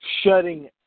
shutting